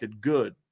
Good